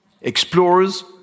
Explorers